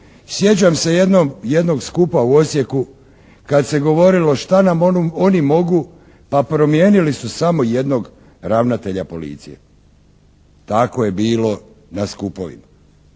Sjećam se jednog skupa u Osijeku kad se govorilo što nam oni mogu, pa promijenili su samo jednog ravnatelja policije. Tako je bilo na skupovima.